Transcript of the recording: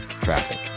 Traffic